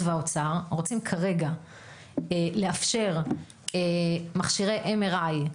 והאוצר רוצים כרגע לאפשר מכשירי MRI,